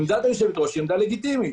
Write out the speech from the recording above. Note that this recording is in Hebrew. עמדת היושבת-ראש היא לגיטימית.